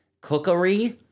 cookery